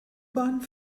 bahn